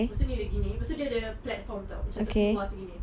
lepas itu dia gini lepas itu dia platform [tau] macam dia terkeluar macam gini